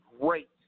great